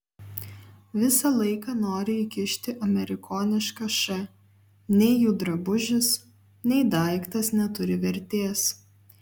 visą laiką nori įkišti amerikonišką š nei jų drabužis nei daiktas neturi vertės